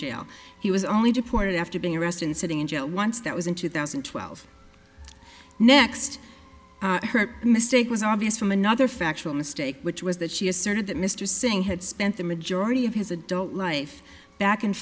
jail he was only deported after being arrested and sitting in jail once that was in two thousand and twelve next her mistake was obvious from another factual mistake which was that she asserted that mr singh had spent the majority of his adult life back and